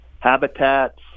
habitats